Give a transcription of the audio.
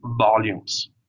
volumes